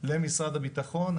למשרד הביטחון.